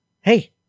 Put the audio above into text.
Hey